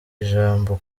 ijambo